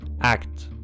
act